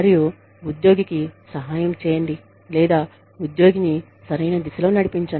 మరియు ఉద్యోగికి సహాయం చేయండి లేదా ఉద్యోగిని సరైన దిశలో నడిపించండి